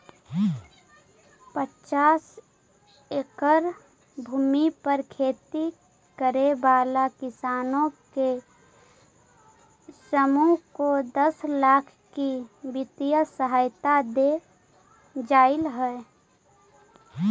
पचास एकड़ भूमि पर खेती करे वाला किसानों के समूह को दस लाख की वित्तीय सहायता दे जाईल हई